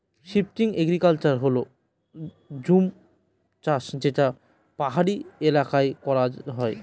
shifting agriculture হল জুম চাষ যেটা পাহাড়ি এলাকায় করা হয়